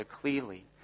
clearly